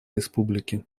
республики